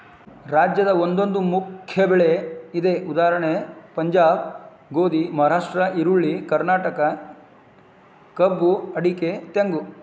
ರಾಜ್ಯದ ಒಂದೊಂದು ಮುಖ್ಯ ಬೆಳೆ ಇದೆ ಉದಾ ಪಂಜಾಬ್ ಗೋಧಿ, ಮಹಾರಾಷ್ಟ್ರ ಈರುಳ್ಳಿ, ಕರ್ನಾಟಕ ಕಬ್ಬು ಅಡಿಕೆ ತೆಂಗು